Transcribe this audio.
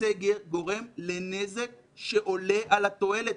גורם לנזק שעולה על התועלת.